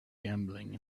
gambling